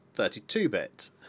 32-bit